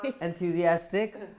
Enthusiastic